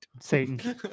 Satan